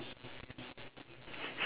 you are